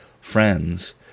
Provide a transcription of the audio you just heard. friends